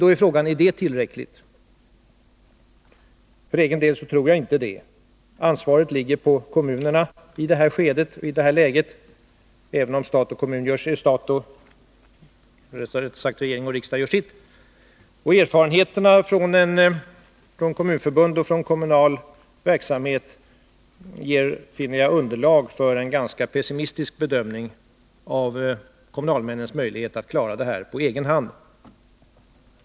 Då är frågan: Är det tillräckligt? För egen del tror jag inte det. Ansvaret ligger på kommunerna i det här skedet, även om regering och riksdag gör sitt. Och i erfarenheterna från Kommunförbundet och från kommunal verksamhet finner jag underlag för en ganska pessimistisk bedömning av kommunalmännens möjligheter att klara detta på egen hand.